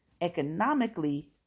economically